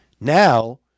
Now